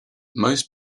most